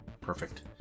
Perfect